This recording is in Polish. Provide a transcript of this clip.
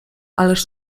ależ